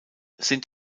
sind